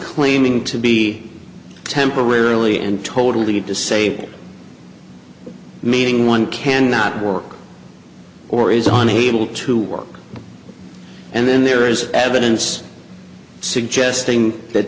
claiming to be temporarily and totally disabled meaning one cannot work or is on able to work and then there is evidence suggesting that